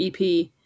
ep